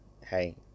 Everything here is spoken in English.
hey